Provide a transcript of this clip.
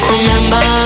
Remember